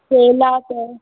केला अथव